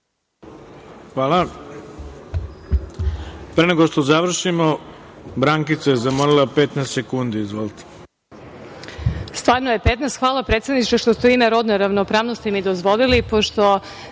Hvala. Pre nego što završimo, Brankica je zamolila 15 sekundi. Izvolite.